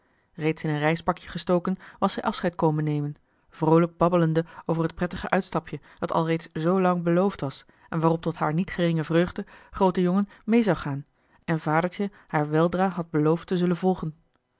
reeds in een reispakje gestoken was zij afscheid komen nemen vroolijk babbelende over het prettige uitstapje dat alreeds zoo lang beloofd was en waarop tot haar niet geringe vreugde groote jongen mee zou gaan en vadertje haar weldra had beloofd te zullen volgen